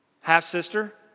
half-sister